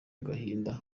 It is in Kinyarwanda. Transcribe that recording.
agahinda